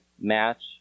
match